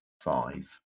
five